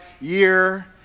year